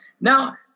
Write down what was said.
now